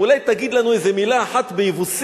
אולי תגיד לנו איזו מלה אחת ביבוסית,